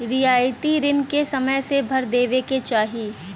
रियायती रिन के समय से भर देवे के चाही